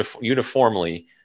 uniformly